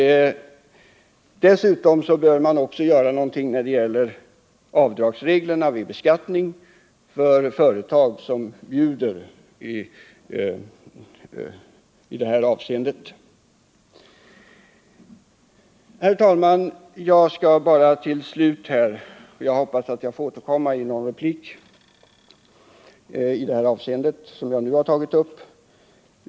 Dessutom bör man göra någonting när det gäller avdragsreglerna vid beskattning för företag som bjuder på sprit vid sin representation. Herr talman! Jag hoppas att jag får återkomma i någon replik beträffande det som jag nu har berört.